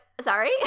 sorry